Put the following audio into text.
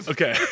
Okay